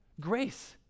Grace